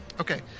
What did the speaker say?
Okay